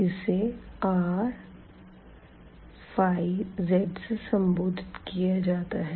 इसे rϕz से संबोधित किया जाता है